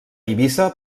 eivissa